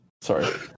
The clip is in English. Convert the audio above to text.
Sorry